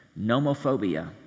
nomophobia